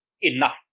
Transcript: enough